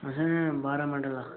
अहें बारां मरला